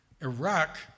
Iraq